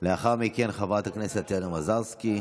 לאחר מכן, חברת הכנסת טטיאנה מזרסקי.